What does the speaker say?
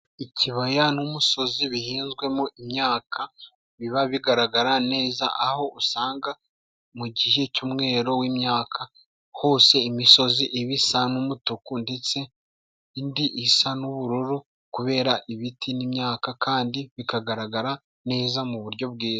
Ikibaya n'umusozi bihinzwemo imyaka biba bigaragara neza, aho usanga mu gihe cy'umwero w'imyaka hose imisozi iba isa n'umutuku, ndetse indi isa n'ubururu, kubera ibiti n'imyaka kandi bikagaragara neza mu buryo bwiza.